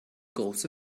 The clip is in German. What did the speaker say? große